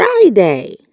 Friday